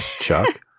Chuck